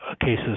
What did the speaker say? cases